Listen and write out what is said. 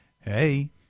Hey